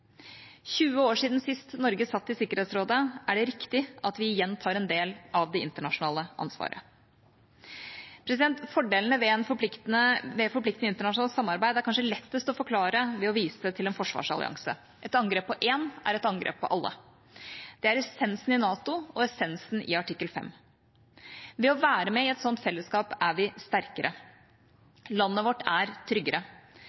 20 år etter at Norge sist satt i Sikkerhetsrådet, er det riktig at vi igjen tar en del av det internasjonale ansvaret. Fordelene ved forpliktende internasjonalt samarbeid er kanskje lettest å forklare ved å vise til en forsvarsallianse: Et angrep på én er et angrep på alle. Det er essensen i NATO og essensen i artikkel 5. Ved å være med i et slikt fellesskap er vi sterkere. Landet vårt er tryggere.